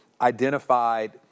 identified